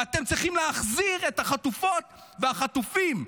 ואתם צריכים להחזיר את החטופות והחטופים.